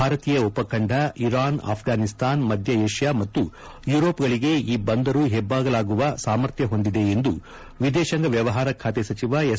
ಭಾರತೀಯ ಉಪಖಂದ ಇರಾನ್ ಅಪ್ಪಾನಿಸ್ತಾನ್ ಮಧ್ಯ ಏಷ್ಯಾ ಮತ್ತು ಯುರೋಪ್ಗಳಿಗೆ ಈ ಬಂದರು ಹೆಬ್ಬಾಗಿಲಾಗುವ ಸಾಮರ್ಥ್ಯ ಹೊಂದಿದೆ ಎಂದು ವಿದೇಶಾಂಗ ವ್ಯವಹಾರ ಖಾತೆ ಸಚಿವ ಎಸ್